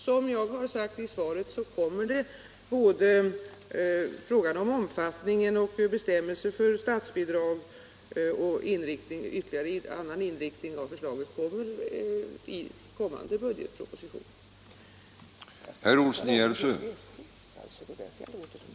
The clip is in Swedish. Som jag har sagt i mitt svar kommer också frågorna om utbildningens omfattning, bestämmelser för statsbidrag, utbildningens inriktning m.m. att tas upp i kommande budgetproposition, där förslag skall framläggas på området.